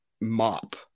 mop